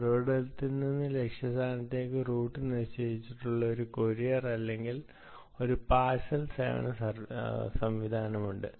ഉറവിടത്തിൽ നിന്ന് ലക്ഷ്യസ്ഥാനത്തേക്ക് റൂട്ട് നിശ്ചയിച്ചിട്ടുള്ള ഒരു കൊറിയർ അല്ലെങ്കിൽ ഒരു പാർസൽ സേവന സംവിധാനമുണ്ട്